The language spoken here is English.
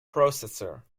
processor